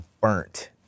burnt